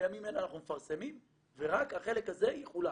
בימים אלה אנחנו מפרסמים ורק החלק הזה יחולק.